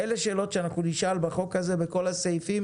אלה שאלות שאנחנו נשאל בחוק הזה בכל הסעיפים